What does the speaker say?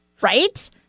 Right